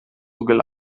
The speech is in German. gelangen